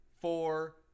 four